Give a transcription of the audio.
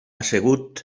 assegut